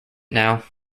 now